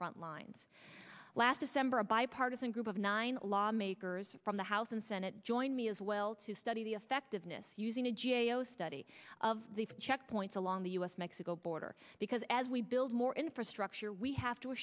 front lines last december a bipartisan group of nine lawmakers from the house and senate joined me as well to study the effectiveness using a g a o study of the checkpoints along the us mexico border because as we build more infrastructure we have to